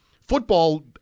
Football